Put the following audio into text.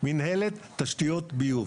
מנהלת תשתיות ביוב.